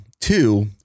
two